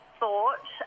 thought